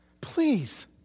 please